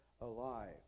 alive